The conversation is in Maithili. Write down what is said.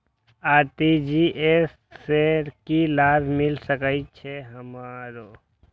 आर.टी.जी.एस से की लाभ मिल सके छे हमरो?